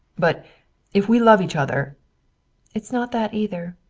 but if we love each other it's not that, either.